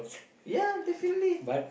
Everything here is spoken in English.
ya definitely